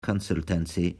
consultancy